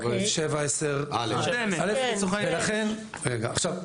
7.10א. עכשיו,